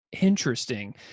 Interesting